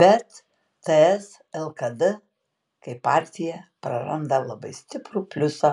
bet ts lkd kaip partija praranda labai stiprų pliusą